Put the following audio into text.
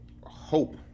hope